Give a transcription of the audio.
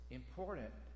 important